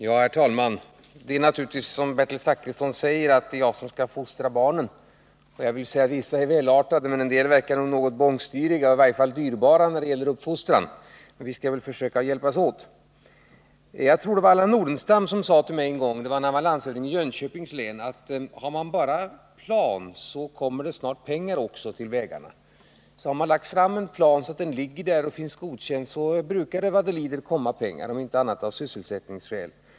Herr talman! Det är naturligtvis, som Bertil Zachrisson sade, jag som skall 12 november 1979 = fostra barnen. Vissa är välartade medan en del är något bångstyriga och i varje fall kostsamma när det gäller uppfostran. Men vi skall väl försöka hjälpas åt. Allan Nordenstam sade en gång till mig under sin tid som landshövding i Jönköpings län att om man bara har en plan, kommer det snart pengar till vägarna också. Har man lagt fram en plan som har blivit godkänd brukar det vad det lider komma pengar, om inte annat så av sysselsättningsskäl.